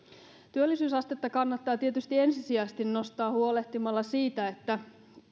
työllisyysastetta kannattaa tietysti ensisijaisesti nostaa huolehtimalla siitä että